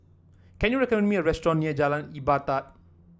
can you recommend me a restaurant near Jalan Ibadat